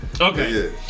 Okay